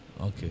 Okay